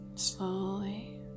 slowly